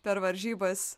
per varžybas